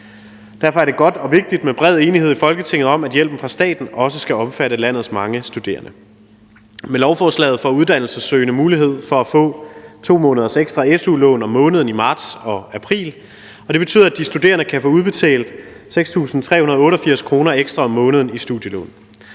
Derfor er det godt og vigtigt med bred enighed i Folketinget om, at hjælpen fra staten også skal omfatte landets mange studerende. Med lovforslaget får uddannelsessøgende mulighed for at få 2 måneders ekstra su-lån om måneden i marts og april, og det betyder, at de studerende kan få udbetalt 6.388 kr. ekstra om måneden i studielån.